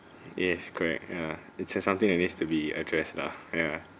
yes correct ya it says something that needs to be addressed lah ya